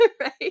right